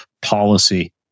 policy